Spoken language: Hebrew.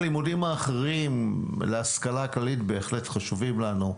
הלימודים האחרים להשכלה כללית בהחלט חשובים לנו,